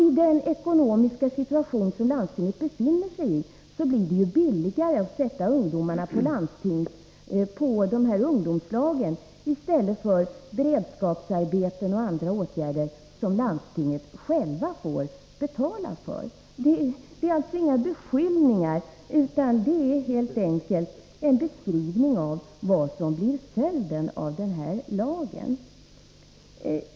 I den ekonomiska situation som landstinget befinner sig i blir det billigare att placera ungdomarna i dessa ungdomslag än att sätta dem i beredskapsarbeten eller placera dem genom andra åtgärder som landstinget självt får betala. Det är alltså inga beskyllningar, utan detta är helt enkelt en beskrivning av vad som blir följden av den här lagen.